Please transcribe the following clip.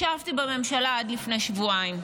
ישבתי בממשלה עד לפני שבועיים.